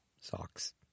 Socks